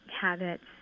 habits